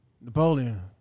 Napoleon